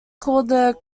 called